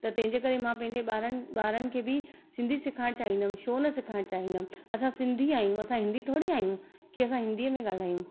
त तंहिंजे करे मां पंहिंजे ॿारनि ॿारनि खे बि सिंधी सिखारणु चाहिंदमि छो न सिखारणु चाहिंदमि असां सिंधी आहियूं असां हिंदी थोरी आहियूं की असां हिंदीअ में ॻाल्हियूं